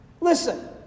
Listen